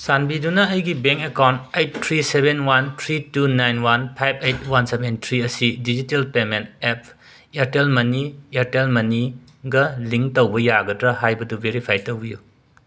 ꯆꯥꯟꯕꯤꯗꯨꯅ ꯑꯩꯒꯤ bank account eight three seven one three two nine one five eight one seven three ꯑꯁꯤ digital payment app Airtel ꯃꯅꯤ Airtel ꯃꯅꯤꯒ link ꯇꯧꯕ ꯌꯥꯒꯗ꯭ꯔ ꯍꯥꯏꯕꯗꯨ ꯕꯦꯔꯤꯐꯥꯏ ꯇꯧꯕꯤꯌꯨ